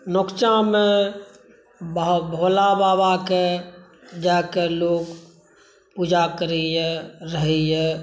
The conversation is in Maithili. नकुचामे भोलाबबाकेँ जाके लोक पूजा करैए रहैए